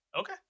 Okay